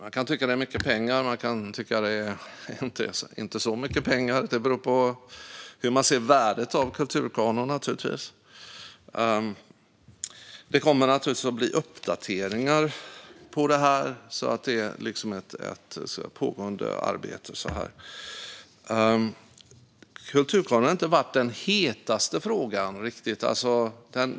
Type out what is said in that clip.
Man kan tycka att det är mycket pengar eller att det inte är så mycket pengar; det beror på hur man ser på värdet av kulturkanon. Det kommer naturligtvis att bli uppdateringar. Det ska vara ett pågående arbete. Kulturkanon har inte riktigt varit den hetaste frågan.